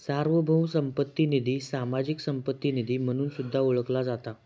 सार्वभौम संपत्ती निधी, सामाजिक संपत्ती निधी म्हणून सुद्धा ओळखला जाता